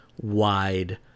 wide